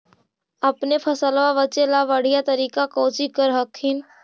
अपने फसलबा बचे ला बढ़िया तरीका कौची कर हखिन?